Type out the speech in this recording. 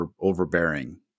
overbearing